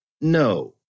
No